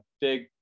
big